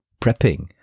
prepping